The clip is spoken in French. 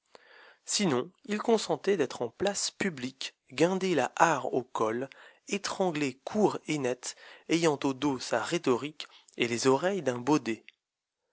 sinon il consentait d'être en place publique guindé la hart au col étranglé court et net ayant au dos sa rhétorique et les oreilles d'un baudet